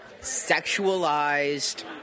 sexualized